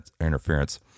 interference